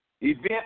event